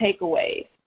takeaways